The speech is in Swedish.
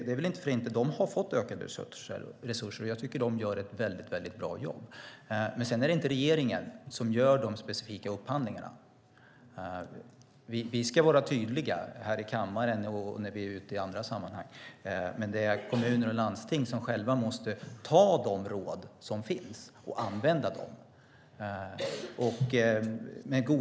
De har fått ökade resurser, och jag tycker att de gör ett väldigt bra jobb. Sedan är det inte regeringen som gör de specifika upphandlingarna. Vi ska vara tydliga här i kammaren och i andra sammanhang, men det är kommuner och landsting som själva måste ta till sig de råd som finns och använda dem.